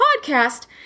podcast